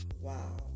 Wow